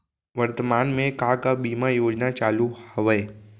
वर्तमान में का का बीमा योजना चालू हवये